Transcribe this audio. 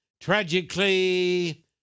Tragically